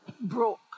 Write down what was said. broke